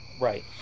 Right